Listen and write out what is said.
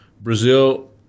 Brazil